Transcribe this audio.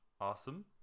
awesome